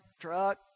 truck